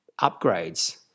upgrades